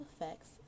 effects